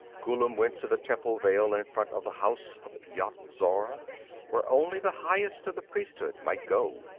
ghullam went to the triple veil in front of the house of yat-zar, where only the highest of the priesthood might go,